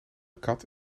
kat